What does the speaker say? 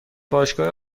باشگاه